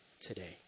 today